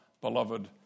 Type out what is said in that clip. beloved